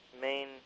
main